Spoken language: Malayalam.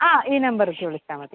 ആ ഈ നമ്പറിലേക്ക് വിളിച്ചാൽ മതി